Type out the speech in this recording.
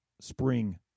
spring